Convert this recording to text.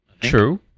True